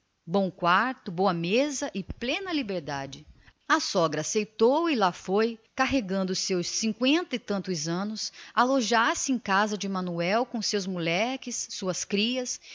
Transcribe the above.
bom quarto boa mesa e plena liberdade a velha aceitou e lá foi arrastando os seus cinqüenta e tantos anos alojar-se em casa do genro com um batalhão de moleques suas crias